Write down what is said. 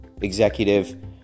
executive